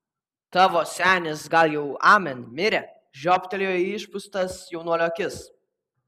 tavo senis gal jau amen mirė žiobtelėjo į išpūstas jaunuolio akis